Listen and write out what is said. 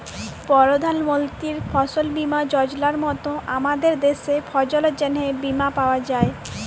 পরধাল মলতির ফসল বীমা যজলার মত আমাদের দ্যাশে ফসলের জ্যনহে বীমা পাউয়া যায়